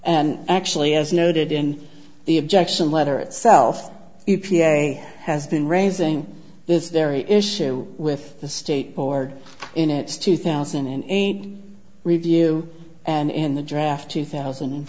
and actually as noted in the objection letter itself e p a has been raising this very issue with the state board in its two thousand and eight review and the draft two thousand and